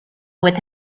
with